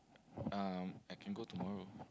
um I can go tomorrow